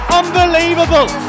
unbelievable